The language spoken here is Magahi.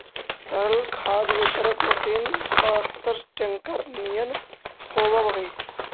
तरल खाद वितरक मशीन पअकसर टेंकर निअन होवऽ हई